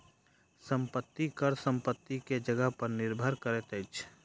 संपत्ति कर संपत्ति के जगह पर निर्भर करैत अछि